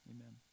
amen